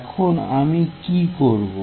এখন আমি কি করব